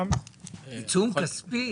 עיצום כספי.